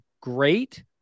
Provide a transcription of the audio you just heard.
great